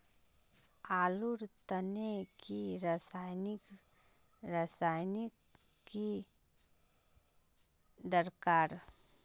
आलूर तने की रासायनिक रासायनिक की दरकार?